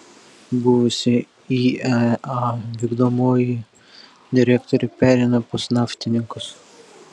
buvusi iea vykdomoji direktorė pereina pas naftininkus